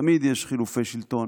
תמיד יש חילופי שלטון.